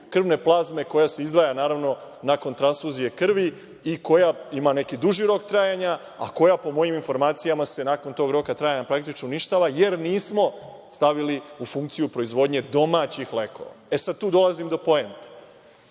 krvne plazme koja se izdvaja, naravno, nakon transfuzije krvi i koja ima neki duži rok trajanja a koja, po mojim informacijama, se nakon tog roka trajanja, praktično uništava, jer nismo stavili u funkciju proizvodnje domaćih lekova. Sada tu dolazim do poente.